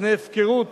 מפני הפקרות